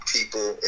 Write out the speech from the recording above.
People